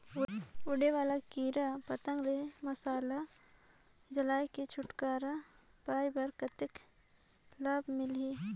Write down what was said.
उड़े वाला कीरा पतंगा ले मशाल जलाय के छुटकारा पाय बर कतेक लाभ मिलही?